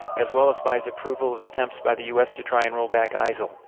as well as by his approval of attempts by the us to try and roll back isil,